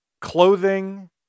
clothing